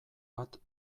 bat